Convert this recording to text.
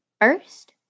first